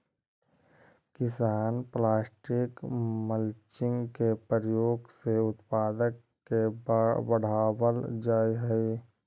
किसान plastic mulching के प्रयोग से उत्पादक के बढ़ावल जा हई